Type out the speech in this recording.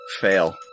Fail